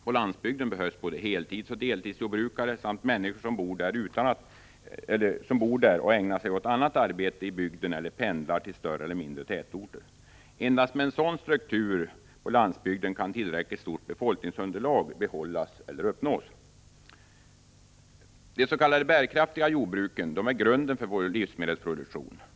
På landsbygden behövs både heltidsoch deltidsjordbrukare samt människor som bor där och ägnar sig åt annat arbete i bygden eller pendlar till större eller mindre tätorter. Endast med en sådan struktur på landsbygden kan tillräckligt stort befolkningsunderlag behållas eller uppnås. De s.k. bärkraftiga jordbruken är grunden för vår livsmedelsproduktion.